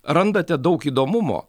randate daug įdomumo